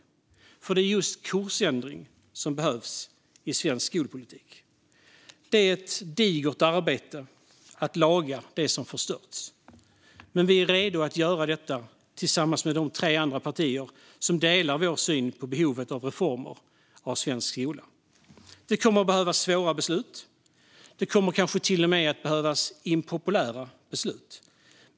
Det är nämligen just en kursändring som behövs i svensk skolpolitik. Det är ett digert arbete att laga det som har förstörts. Men vi är redo att göra det tillsammans med de tre andra partier som delar vår syn på behovet av reformer i svensk skola. Det kommer att behöva fattas svåra beslut, och det kommer kanske till och med att behöva fattas impopulära beslut.